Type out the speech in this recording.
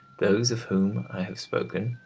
those of whom i have spoken,